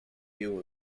few